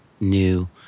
new